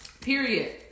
period